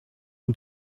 und